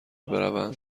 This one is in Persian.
بروند